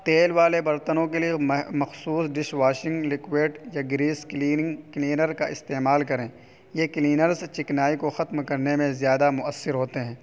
تیل والے برتنوں کے لیے مخصوص ڈش واشنگ لکوڈ یا گریس کلیننگ کلینر کا استعمال کریں یہ کلینرس چکنائی کو ختم کرنے میں زیادہ مؤثر ہوتے ہیں